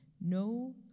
No